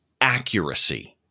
accuracy